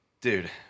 Dude